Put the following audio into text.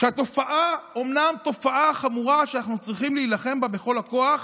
שהתופעה היא אומנם תופעה ואנחנו צריכים להילחם בה בכל הכוח